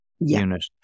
unit